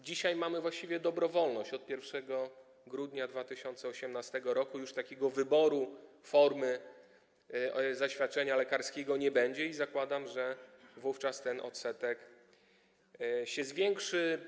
Dzisiaj mamy właściwie dobrowolność, od 1 grudnia 2018 r. już takiego wyboru formy zaświadczenia lekarskiego nie będzie i zakładam, że wówczas ten odsetek się zwiększy.